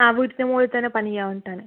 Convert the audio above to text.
ആ വീടിൻ്റെ മുകളിൽ തന്നെ പണിയാൻ വേണ്ടിയിട്ടാണ്